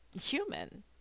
human